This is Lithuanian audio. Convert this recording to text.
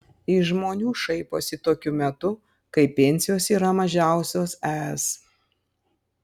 iš žmonių šaiposi tokiu metu kai pensijos yra mažiausios es